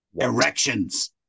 erections